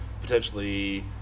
potentially –